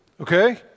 Okay